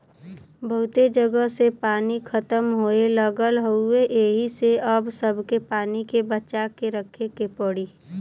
बहुते जगह से पानी खतम होये लगल हउवे एही से अब सबके पानी के बचा के रखे के पड़ी